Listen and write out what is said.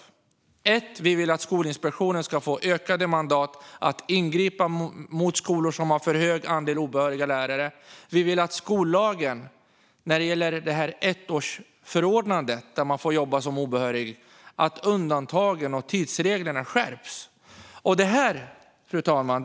Till att börja med vill vi att Skolinspektionen ska få ökat mandat för att ingripa mot skolor som har för stor andel obehöriga lärare. Vi vill att skollagen skärps när det gäller ettårsförordnandet, att man får jobba som obehörig, samt undantagen och tidsreglerna. Fru talman!